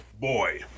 Boy